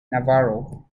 navarro